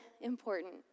important